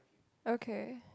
okay